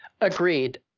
Agreed